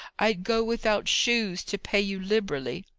i'd go without shoes to pay you liberally.